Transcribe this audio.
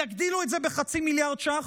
יגדילו את זה בחצי מיליארד ש"ח?